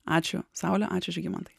ačiū saule ačiūžygimantai